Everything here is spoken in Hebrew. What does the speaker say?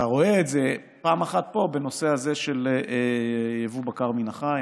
אתה רואה את זה פעם אחת פה בנושא הזה של יבוא בקר מן החי.